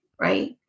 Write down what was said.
right